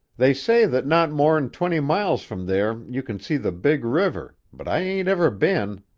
they say that not more'n twenty miles from there you can see the big river, but i ain't ever been.